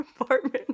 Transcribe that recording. apartment